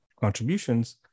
contributions